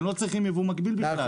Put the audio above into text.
הם לא צריכים יבוא מקביל בכלל.